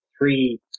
three